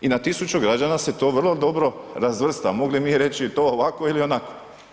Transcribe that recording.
I na tisuću građana se to vrlo dobro razvrsta, mogli mi reći to ovako ili onako.